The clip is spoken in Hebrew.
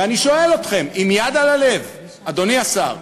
ואני שואל אתכם, עם יד על הלב, אדוני השר,